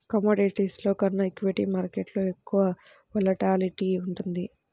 కమోడిటీస్లో కన్నా ఈక్విటీ మార్కెట్టులో ఎక్కువ వోలటాలిటీ ఉంటుంది